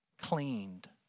cleaned